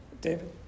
David